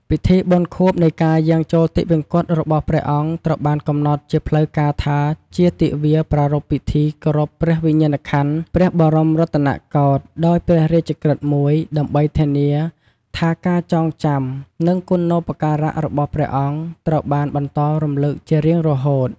ពិធីបុណ្យខួបនៃការយាងចូលទិវង្គតរបស់ព្រះអង្គត្រូវបានកំណត់ជាផ្លូវការថាជា ទិវាប្រារព្ធពិធីគោរពព្រះវិញ្ញាណក្ខន្ធ ព្រះបរមរតនកោដ្ឋ ដោយព្រះរាជក្រឹត្យមួយ ដើម្បីធានាថាការចងចាំ និងគុណូបការៈរបស់ព្រះអង្គត្រូវបានបន្តរំលឹកជារៀងរហូត។